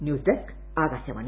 news desk Akashvani